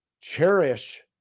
Cherish